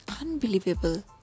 unbelievable